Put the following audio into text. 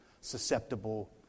susceptible